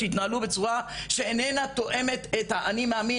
שהתנהלו בצורה שאיננה תואמת את האני מאמין